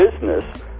business